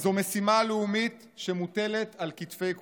זו משימה לאומית שמוטלת על כתפי כולנו.